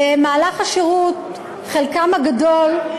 במהלך השירות, חלקם הגדול,